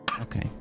Okay